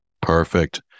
Perfect